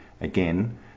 again